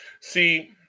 See